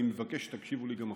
ואני מבקש שתקשיבו לי גם עכשיו.